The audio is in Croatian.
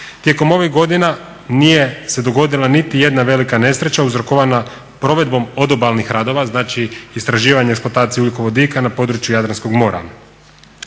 Tijekom ovih godina nije se dogodila niti jedna velika nesreća uzrokovanom provedbom odobalnih radova, znači istraživanje i eksploatacija ugljikovodika na području Jadranskog mora.